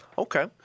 Okay